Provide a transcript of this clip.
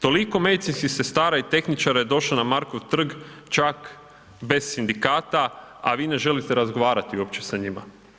Toliko medicinskih sestara i tehničara je došlo na Markov trg, čak bez sindikata, a vi ne želite razgovarati uopće sa njima.